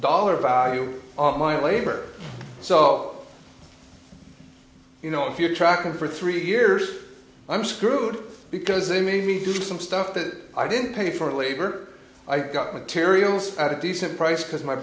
dollar value of my labor so you know if you're tracking for three years i'm screwed because they made me do some stuff that i didn't pay for labor i got materials at a decent price because my